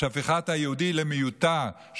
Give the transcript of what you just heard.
של הפיכת היהודי למיותר,